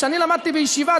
שאני למדתי בישיבה,